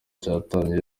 cyatangiye